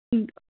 ठीक